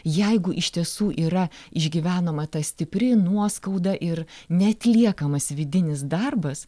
jeigu iš tiesų yra išgyvenama ta stipri nuoskauda ir neatliekamas vidinis darbas